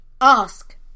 ask